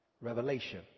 Revelation